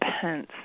Pence